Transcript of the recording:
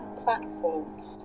platforms